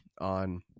on